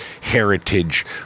heritage